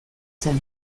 zen